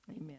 amen